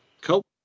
Cool